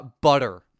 butter